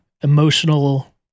emotional